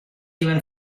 even